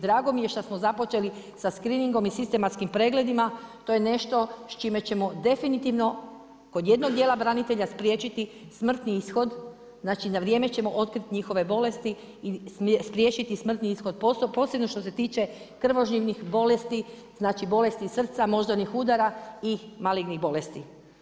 Drago mi je što smo započeli sa screeningom i sistematskim pregledima, to je nešto s čime ćemo definitivno kod jednog dijela branitelja spriječiti smrtnost ishod, znači na vrijeme ćemo otkriti njihove bolesti i spriječiti smrtni ishod posebno što se tiče krvožilnih bolesti, znači bolesti srca, moždanih udara i malignih bolesti.